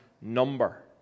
number